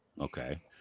Okay